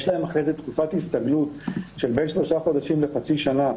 יש להם אחרי זה תקופת הסתגלות של בין שלושה חודשים לחצי שנה,